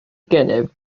gennyf